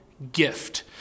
gift